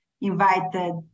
invited